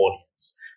audience